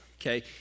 Okay